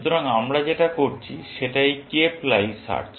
সুতরাং আমরা যেটা করছি সেটা এই কেপ লাই সার্চ